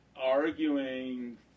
arguing